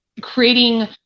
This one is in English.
creating